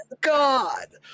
god